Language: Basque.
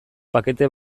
pakete